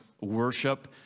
worship